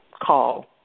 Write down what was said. call